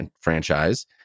franchise